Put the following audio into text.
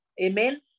amen